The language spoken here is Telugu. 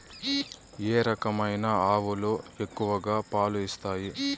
ఏ రకమైన ఆవులు ఎక్కువగా పాలు ఇస్తాయి?